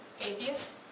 atheists